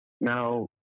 Now